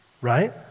right